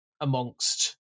amongst